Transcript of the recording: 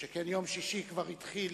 שכן יום שישי כבר התחיל